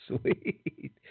sweet